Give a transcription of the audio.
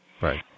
Right